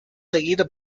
seguido